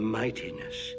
mightiness